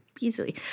easily